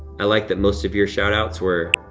i like that most of your shout-outs were,